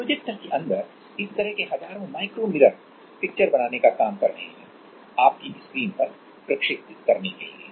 projector के अंदर इस तरह के हजारों माइक्रो मिरर पिक्चर बनाने का काम कर रहे हैं आपकी स्क्रीन पर प्रक्षेपित करने के लिए हैं